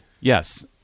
yes